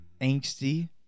angsty